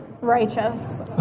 Righteous